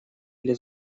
для